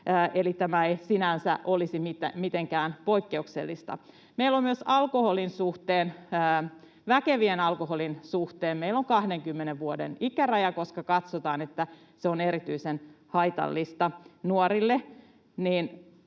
tämä ei sinänsä olisi mitenkään poikkeuksellista. Meillä on myös väkevän alkoholin suhteen 20 vuoden ikäraja, koska katsotaan, että se on erityisen haitallista nuorille.